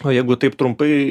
o jeigu taip trumpai